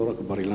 ולא רק בבר-אילן,